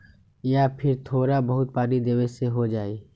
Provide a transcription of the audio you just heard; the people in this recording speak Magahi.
या फिर थोड़ा बहुत पानी देबे से हो जाइ?